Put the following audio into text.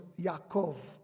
Yaakov